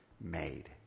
made